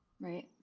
Right